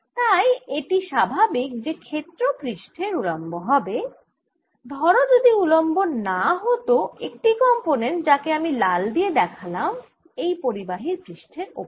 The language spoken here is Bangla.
তাই এটি স্বাভাবিক যে ক্ষেত্র পৃষ্ঠের উলম্ব হবে ধরো যদি উলম্ব না হতো একটি কম্পোনেন্ট যাকে আমি লাল দিয়ে দেখালাম এই পরিবাহী পৃষ্ঠের ওপরে